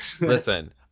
Listen